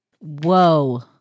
Whoa